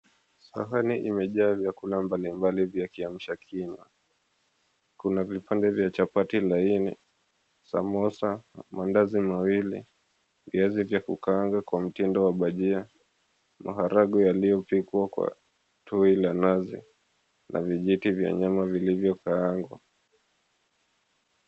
Sahani imejaa vyakula mbalimbali vya kiamsha kinywa, kuna vipande vya chapati laini, samosa, maandazi mawili, viazi vya kukaanga kwa mtindo wa bajia, maharagwe yaliyopigwa kwa tui la nazi, na vijiti vya nyama vilivyokaangwa.